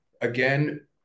again